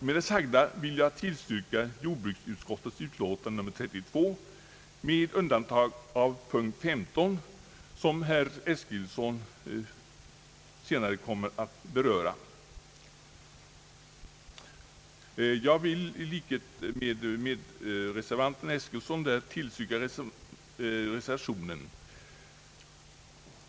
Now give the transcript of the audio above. Med det sagda vill jag tillstyrka jordbruksutskottets utlåtande nr 32 med undantag av punkt 15, som herr Eskilsson senare kommer att beröra och där jag i likhet med herr Eskilsson tillstyrker reservation 5.